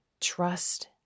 trust